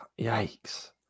yikes